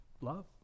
love